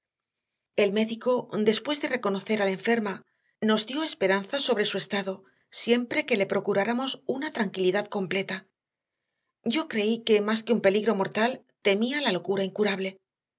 el médico después de reconocer a la enferma nos dio esperanzas sobre su estado siempre que le procuráramos una tranquilidad completa yo creí que más que un peligro mortal temía la locura incurable